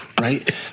right